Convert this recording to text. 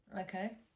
Okay